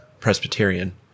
Presbyterian